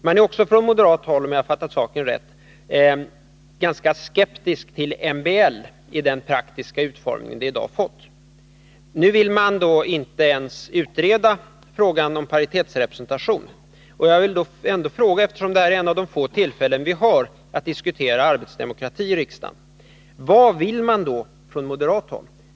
Man är också på moderat håll, om jag fattat saken rätt, skeptisk till MBL i den praktiska utformning denna i dag fått. Nu vill man inte ens utreda frågan om paritetsrepresentation. Jag vill då fråga, eftersom detta är ett av de få tillfällen vi har att diskutera arbetsdemokrati i riksdagen: Vad vill man då på moderat håll?